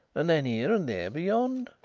and then here and there beyond.